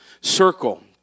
circle